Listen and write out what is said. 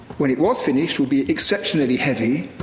when it was finished, would be exceptionally heavy.